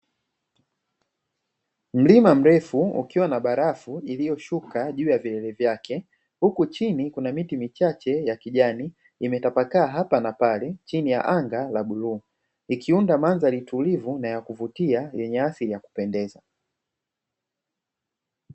Mlima mrefu, ukiwa na barafu iliyoshuka juu ya vielele vyake, huku chini kuna miti michache ya kijani imetapakaa hapa na pale, chini ya anga la bluu, ikiunda mandhari tulivu na ya kuvutia yenye asili ya kupendeza.